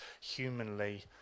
humanly